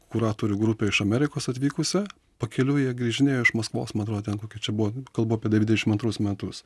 kuratorių grupę iš amerikos atvykusią pakeliui jie grįžinėjo iš maskvos man atrodo ten kokia čia buvo kalbu apie dvidešimt antrus metus